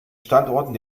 standorten